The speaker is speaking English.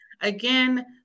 again